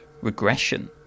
regression